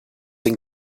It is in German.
den